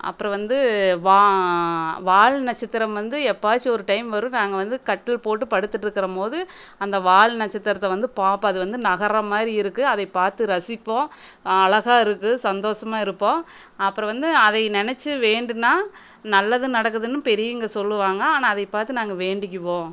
அப்புறம் வந்து வா வால் நட்சத்திரம் வந்து எப்போயாச்சும் ஒரு டைம் வரும் நாங்கள் வந்து கட்டில் போட்டு படுத்துகிட்டு இருக்கும் போது அந்த வால் நட்சத்திரத்தை வந்து பார்ப்போம் அது வந்து நகர்கிற மாதிரி இருக்குது அதை பார்த்து ரசிப்போம் அழகா இருக்குது சந்தோஷமா இருப்போம் அப்புறம் வந்து அதை நெனச்சு வேண்டினா நல்லது நடக்குதுன்னு பெரியவங்கள் சொல்லுவாங்க ஆனால் அதை பார்த்து நாங்கள் வேண்டிக்கொவோம்